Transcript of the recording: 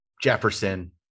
Jefferson